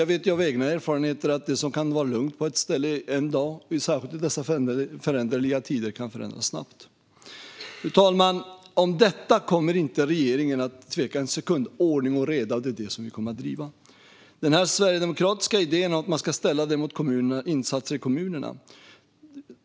Jag vet av egna erfarenheter att det som kan vara lugnt på ett ställe en dag särskilt i dessa föränderliga tider kan förändras snabbt. Fru talman! Om detta kommer regeringen inte att tveka en sekund: Ordning och reda är det vi kommer att driva. Den sverigedemokratiska idén är att man ska ställa det mot insatser i kommunerna.